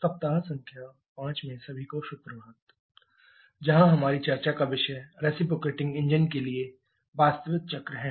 सप्ताह संख्या 5 में सभी को सुप्रभात जहां हमारी चर्चा का विषय रेसिप्रोकेटिंग इंजन के लिए वास्तविक चक्र है